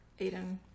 Aiden